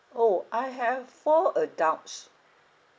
!ow! I have four adults